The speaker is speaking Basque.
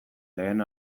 lehen